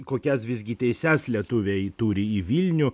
kokias visgi teises lietuviai turi į vilnių